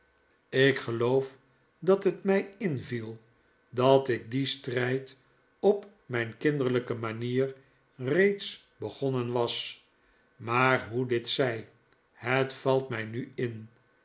ik geloof dat het mij inviel dat ik dien strijd op mijn kinderlijke manier reeds begonnen was maar hoe dit zij het valt mij nu in